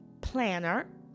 planner